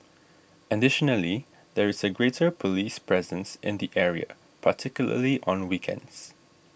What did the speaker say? additionally there is a greater police presence in the area particularly on weekends